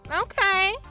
Okay